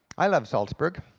i love salzburg,